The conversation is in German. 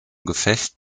gefecht